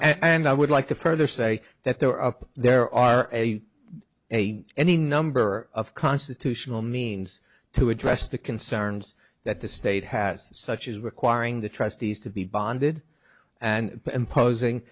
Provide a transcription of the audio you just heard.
s and i would like to further say that there are up there are a any number of constitutional means to address the concerns that the state has such as requiring the trustees to be bonded and imposing